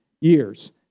years